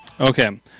Okay